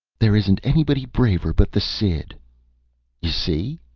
there isn't anybody braver but the cid you see?